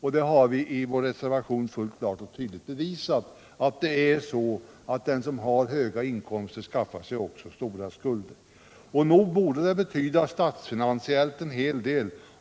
Vi har i vår reservation klart och tydligt bevisat att det är så att de som har höga inkomster också skaffar sig stora skulder. Nog borde det statsfinansiellt betyda en hel del.